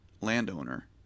landowner